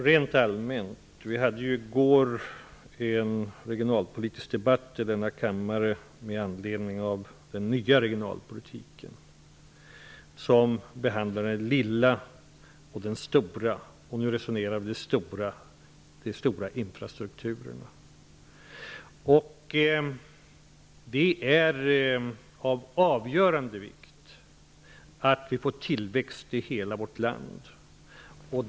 Herr talman! Vi hade i går en regionalpolitisk debatt i denna kammare med anledning av den nya regionalpolitiken, som behandlar det lilla och det stora. Nu resonerar vi om de stora infrastrukturerna. Det är av avgörande vikt att vi får tillväxt i hela vårt land.